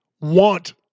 want